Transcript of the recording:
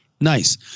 Nice